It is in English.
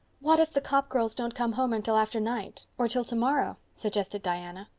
what if the copp girls don't come home until after night. or till tomorrow? suggested diana.